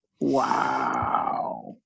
Wow